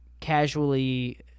casually